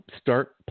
start